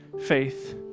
faith